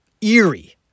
eerie